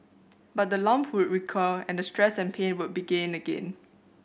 but the lump would recur and the stress and pain would begin again